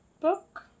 book